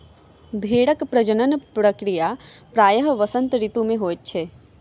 भेड़क प्रजनन प्रक्रिया प्रायः वसंत ऋतू मे होइत अछि